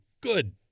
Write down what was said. Good